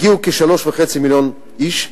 הגיעו כ-3.5 מיליון איש.